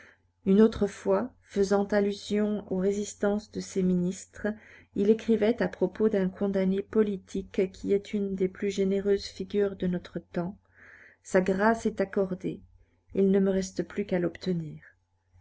une autre fois faisant allusion aux résistances de ses ministres il écrivait à propos d'un condamné politique qui est une des plus généreuses figures de notre temps sa grâce est accordée il ne me reste plus qu'à l'obtenir